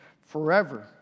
forever